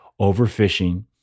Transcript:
overfishing